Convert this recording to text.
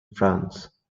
france